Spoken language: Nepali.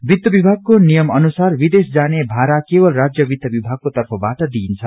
वित्त विभागाके नियम अनुसार विदेश जाने भाड़ाा केवल राजय वित्त विभागको तफग्बाट दिइन्छ